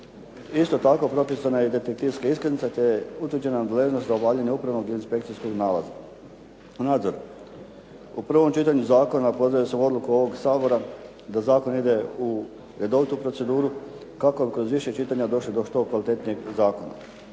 Isto tako, propisana je i detektivska iskaznica, te je utvrđena nadležnost za obavljanje upravnog i inspekcijskog nalaza. U prvom čitanju zakona pozdravio sam odluku ovog Sabora da zakon ide u redovitu proceduru kako bi kroz više čitanja došli do što kvalitetnijeg zakona.